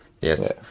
Yes